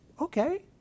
okay